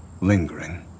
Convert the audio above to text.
lingering